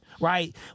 right